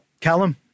Callum